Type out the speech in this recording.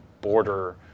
border